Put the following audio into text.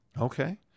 Okay